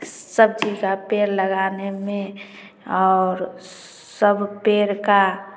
सब्ज़ी का पेड़ लगाने में और सब पेड़ का